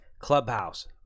Clubhouse